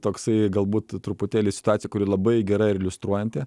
toksai galbūt truputėlį situacija kuri labai gera ir iliustruojanti